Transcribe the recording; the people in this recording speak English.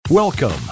Welcome